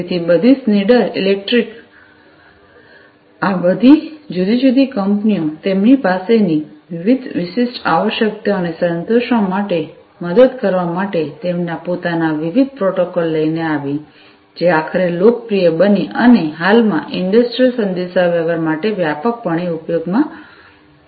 તેથી બધી Schneider electric આ બધી જુદી જુદી કંપનીઓ તેમની પાસેની વિવિધ વિશિષ્ટ આવશ્યકતાઓને સંતોષવા માટે મદદ કરવા માટે તેમના પોતાના વિવિધ પ્રોટોકોલ લઈને આવી જે આખરે લોકપ્રિય બની અને હાલમાં ઇંડસ્ટ્રિયલ સંદેશાવ્યવહાર માટે વ્યાપકપણે ઉપયોગમાં લેવાઇ રહી છે